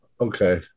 Okay